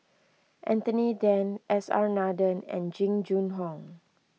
Anthony then S R Nathan and Jing Jun Hong